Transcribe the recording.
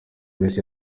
grace